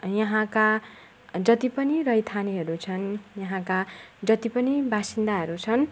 यहाँका जति पनि रैथानेहरू छन् यहाँका जति पनि वासिन्दाहरू छन्